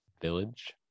village